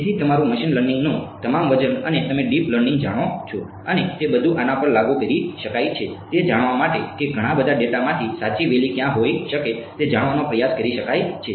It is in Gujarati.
તેથી તમારું મશીન લર્નિંગનું તમામ વજન અને તમે ડીપ લર્નિંગ જાણો છો અને તે બધું આના પર લાગુ કરી શકાય છે તે જાણવા માટે કે ઘણા બધા ડેટામાંથી સાચી વેલી ક્યાં હોઈ શકે છે તે જાણવાનો પ્રયાસ કરી શકાય છે